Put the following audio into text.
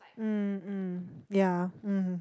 mm mm yeah mmhmm